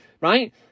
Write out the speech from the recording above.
right